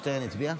הצביע?